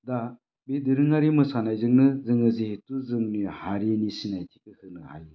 दा बे दोरोङारि मोसानायजोंनो जोङो जिहेथु जोंनि हारिनि सिनायथिखौ होनो हायो